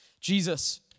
Jesus